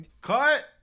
Cut